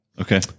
Okay